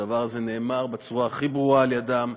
הדבר הזה נאמר בצורה הכי ברורה על-ידם,